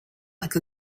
like